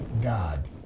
God